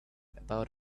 about